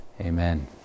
Amen